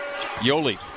Yoli